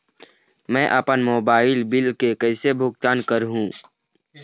मैं अपन mobile bill के कैसे भुगतान कर हूं?